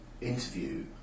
interview